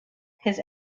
his